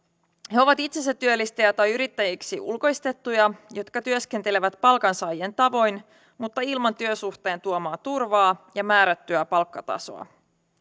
he ovat itsensätyöllistäjiä tai yrittäjiksi ulkoistettuja jotka työskentelevät palkansaajien tavoin mutta ilman työsuhteen tuomaa turvaa ja määrättyä palkkatasoa